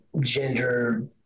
gender